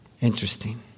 Interesting